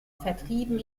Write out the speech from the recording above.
vertrieben